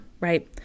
right